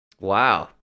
Wow